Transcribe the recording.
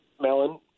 melon